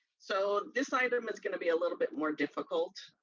so this item is gonna be a little bit more difficult.